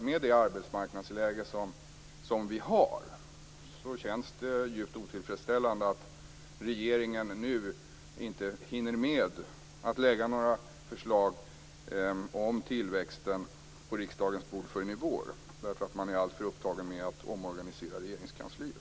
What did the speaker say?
Med det arbetsmarknadsläge som vi har känns det djupt otillfredsställande att regeringen nu inte hinner med att lägga fram några förslag om tillväxten på riksdagens bord förrän i vår därför att man att alltför upptagen med att omorganisera Regeringskansliet.